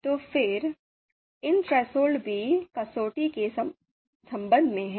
तो फिर इन थ्रेसहोल्ड भी कसौटी के संबंध में हैं